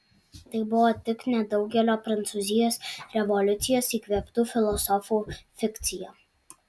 tai buvo tik nedaugelio prancūzijos revoliucijos įkvėptų filosofų fikcija